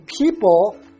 people